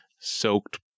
soaked